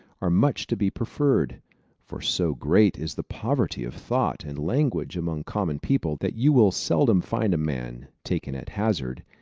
are much to be preferred for so great is the poverty of thought and language among common people, that you will seldom find a man, taken at hazard,